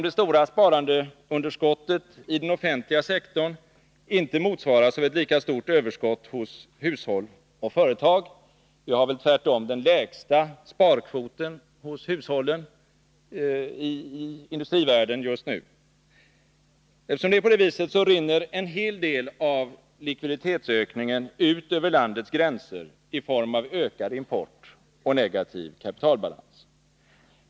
Det stora sparandeunderskottet i den offentliga sektorn motsvaras inte av ett lika stort överskott hos hushåll och företag. Tvärtom är sparkvoten hos våra hushåll just nu den lägsta i industrivärlden. Eftersom det är på det viset rinner en hel del av likviditetsökningen ut över landets gränser i form av ökad import och negativ kapitalbalans.